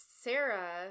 Sarah